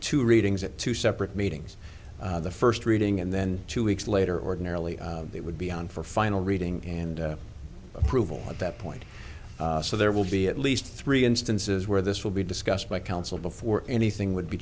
two readings at two separate meetings the first reading and then two weeks later ordinarily it would be on for final reading and approval at that point so there will be at least three instances where this will be discussed by counsel before anything would be